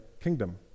kingdom